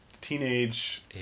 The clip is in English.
teenage